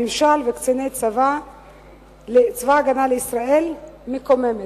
הממשל וקציני צבא-הגנה לישראל, מקוממת.